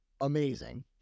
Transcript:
amazing